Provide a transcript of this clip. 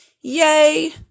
Yay